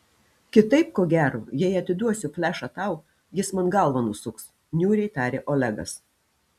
kitaip ko gero jei atiduosiu flešą tau jis man galvą nusuks niūriai tarė olegas